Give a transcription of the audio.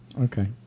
Okay